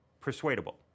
persuadable